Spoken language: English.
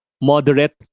moderate